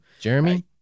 Jeremy